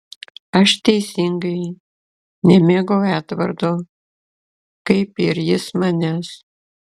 aš teisingai nemėgau edvardo kaip ir jis manęs